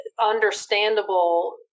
understandable